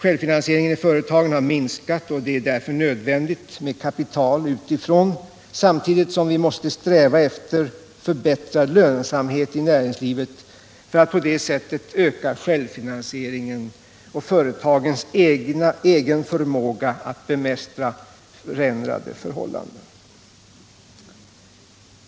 Självfinansieringen i företagen har minskat, och det är därför nödvändigt med kapital utifrån samtidigt som vi måste sträva efter förbättrad lönsamhet i näringslivet för att på det sättet öka självfinansieringen och företagens egen förmåga att bemästra förändrade förhållanden.